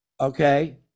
Okay